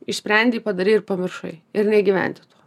išsprendei padarei ir pamiršai ir negyventi tuo